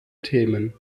themen